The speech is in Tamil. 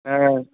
ஆ